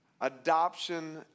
adoption